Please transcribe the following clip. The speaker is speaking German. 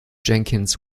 jenkins